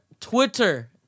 Twitter